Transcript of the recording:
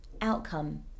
outcome